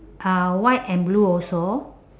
uh white and blue also